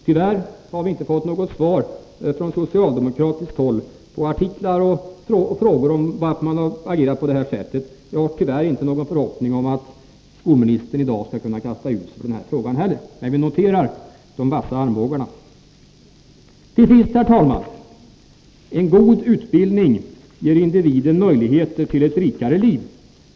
Tyvärr har vi inte fått något svar ifrån socialdemokratiskt håll på artiklar och frågor om varför man agerade på detta sätt. Jag har tyvärr inte någon förhoppning om att skolministern i dag skall kunna kasta något ljus över den här frågan heller. Men jag noterar de vassa armbågarna. Till sist: En god utbildning ger individen möjligheter till ett rikare liv.